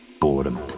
Boredom